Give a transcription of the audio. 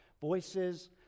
Voices